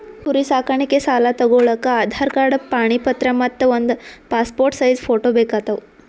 ಕುರಿ ಸಾಕಾಣಿಕೆ ಸಾಲಾ ತಗೋಳಕ್ಕ ಆಧಾರ್ ಕಾರ್ಡ್ ಪಾಣಿ ಪತ್ರ ಮತ್ತ್ ಒಂದ್ ಪಾಸ್ಪೋರ್ಟ್ ಸೈಜ್ ಫೋಟೋ ಬೇಕಾತವ್